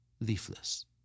leafless